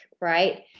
right